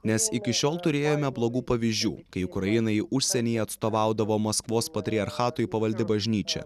nes iki šiol turėjome blogų pavyzdžių kai ukrainai užsienyje atstovaudavo maskvos patriarchatui pavaldi bažnyčia